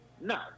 No